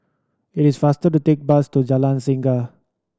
it is faster to take bus to Jalan Singa